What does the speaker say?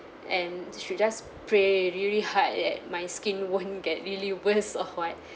and should just pray really hard that my skin won't get really worse or what